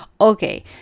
okay